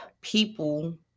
people